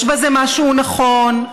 יש בזה משהו נכון.